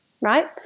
right